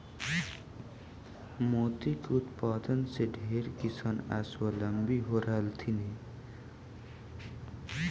मोती के उत्पादन से ढेर किसान स्वाबलंबी हो रहलथीन हे